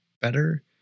better